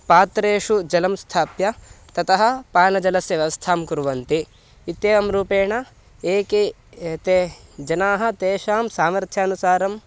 पात्रेषु जलं स्थाप्य ततः पानजलस्य व्यवस्थां कुर्वन्ति इत्येवं रूपेण एके ते जनाः तेषां सामर्थ्यानुसारं